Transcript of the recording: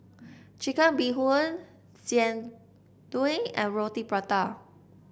Chicken Bee Hoon Jian Dui and Roti Prata